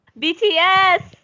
BTS